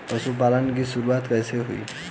पशुपालन की शुरुआत कैसे हुई?